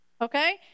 okay